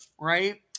Right